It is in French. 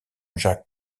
jacques